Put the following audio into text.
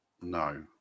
no